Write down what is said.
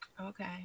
Okay